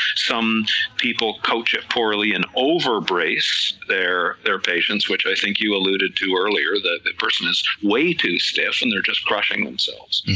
some people coach it poorly and over brace their patients, which i think you alluded to earlier, that the person is way too stiff and there just crushing themselves.